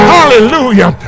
Hallelujah